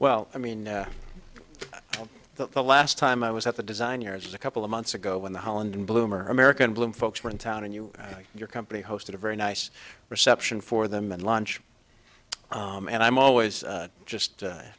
well i mean that the last time i was at the design years was a couple of months ago when the holland bloom or american bloom folks were in town and you know your company hosted a very nice reception for them and launch and i'm always just